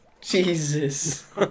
Jesus